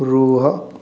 ରୁହ